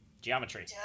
geometry